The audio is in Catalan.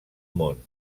món